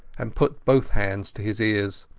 and put both hands to his ears.